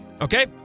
Okay